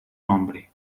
nombre